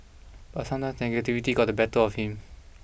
but sometimes negativity got the better of him